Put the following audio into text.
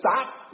stop